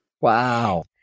Wow